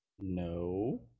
No